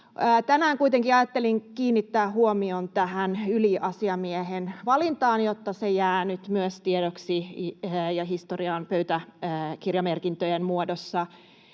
Tänään kuitenkin ajattelin kiinnittää huomion tähän yliasiamiehen valintaan, jotta se jää nyt myös tiedoksi ja historiaan pöytäkirjamerkintöjen muodossa.